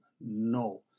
No